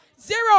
Zero